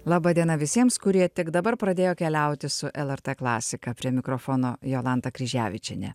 laba diena visiems kurie tik dabar pradėjo keliauti su lrt klasika prie mikrofono jolanta kryževičienė